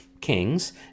kings